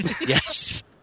Yes